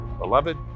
beloved